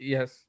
Yes